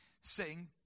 sing